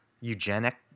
eugenic